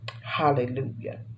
Hallelujah